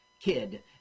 kid